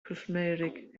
pwllmeurig